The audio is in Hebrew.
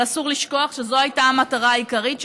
אבל אסור לשכוח שזו הייתה המטרה העיקרית שלהם,